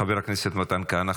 חבר הכנסת מתן כהנא,